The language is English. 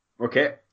okay